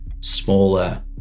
smaller